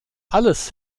alles